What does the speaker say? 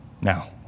Now